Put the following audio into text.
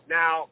now